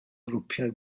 grwpiau